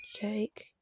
Jake